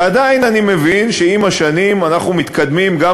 ועדיין אני מבין שעם השנים אנחנו מתקדמים גם